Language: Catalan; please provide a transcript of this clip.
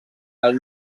del